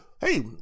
hey